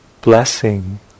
blessing